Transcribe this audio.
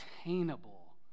attainable